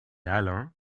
alains